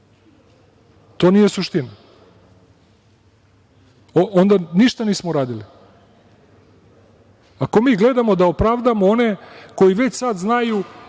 To nije suština. Onda ništa nismo uradili. Ako mi gledamo da opravdamo one koji već sada znaju